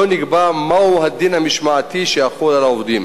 לא נקבע מהו הדין המשמעתי שיחול על העובדים.